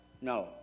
No